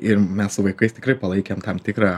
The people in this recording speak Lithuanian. ir mes su vaikais tikrai palaikėm tam tikrą